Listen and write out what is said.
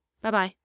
Bye-bye